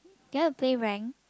do you want play ranked